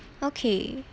okay